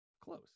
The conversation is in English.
Close